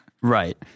right